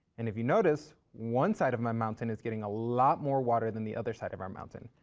and if you notice, one side of my mountain is getting a lot more water than the other side of our mountain.